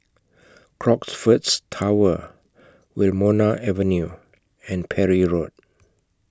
Crockfords Tower Wilmonar Avenue and Parry Road